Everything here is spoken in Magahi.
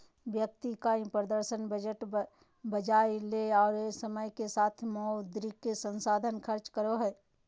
व्यक्ति इकाई प्रदर्शन बजट बचावय ले और समय के साथ मौद्रिक संसाधन खर्च करो हइ